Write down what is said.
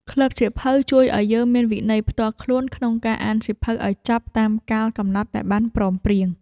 ក្លឹបសៀវភៅជួយឱ្យយើងមានវិន័យផ្ទាល់ខ្លួនក្នុងការអានសៀវភៅឱ្យចប់តាមកាលកំណត់ដែលបានព្រមព្រៀង។